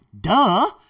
duh